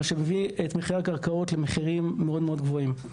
מה שמביא את מחיר הקרקעות למחירים מאוד גבוהים.